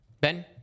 Ben